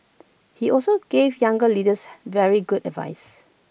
he also gave younger leaders very good advice